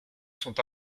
sont